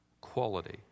quality